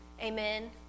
Amen